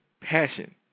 passion